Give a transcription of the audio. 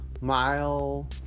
mile